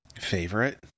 favorite